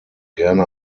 gerne